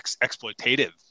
exploitative